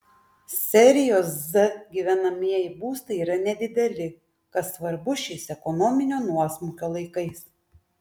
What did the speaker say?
serijos z gyvenamieji būstai yra nedideli kas svarbu šiais ekonominio nuosmukio laikais